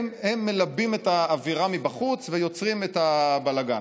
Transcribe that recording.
מלבים את האווירה מבחוץ ויוצרים את הבלגן.